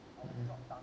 mm